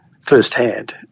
firsthand